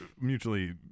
mutually